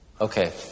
Okay